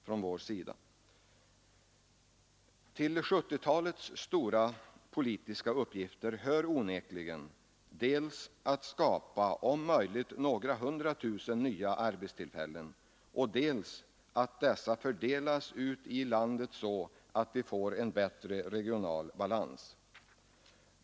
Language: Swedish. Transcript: Till 1970-talets stora politiska uppgifter hör onekligen dels att skapa om möjligt några hundratusen nya arbetstillfällen, dels att dessa fördelas ut i landet så att vi får en bättre regional balans.